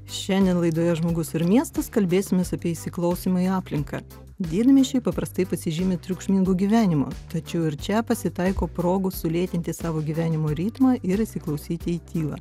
šiandien laidoje žmogus ir miestas kalbėsimės apie įsiklausymą į aplinką didmiesčiai paprastai pasižymi triukšmingu gyvenimu tačiau ir čia pasitaiko progų sulėtinti savo gyvenimo ritmą ir įsiklausyti į tylą